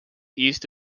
east